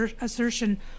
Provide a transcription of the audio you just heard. assertion